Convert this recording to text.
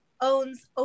owns